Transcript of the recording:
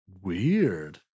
Weird